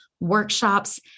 workshops